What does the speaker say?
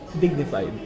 dignified